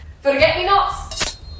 Forget-me-nots